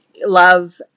love